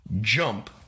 jump